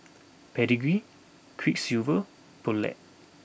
Pedigree Quiksilver Poulet